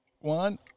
one